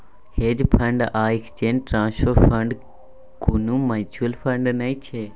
hedge fund आ exchange traded fund कुनु mutual fund नै छै